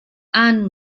anne